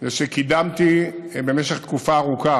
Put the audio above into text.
הוא שקידמתי במשך תקופה ארוכה,